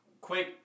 quick